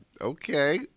okay